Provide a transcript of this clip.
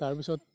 তাৰপিছত